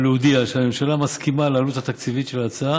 ולהודיע שהממשלה מסכימה לעלות התקציבית של ההצעה